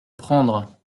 prendre